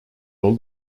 all